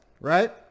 right